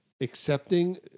Accepting